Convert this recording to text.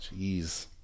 Jeez